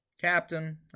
captain